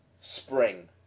Spring